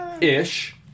Ish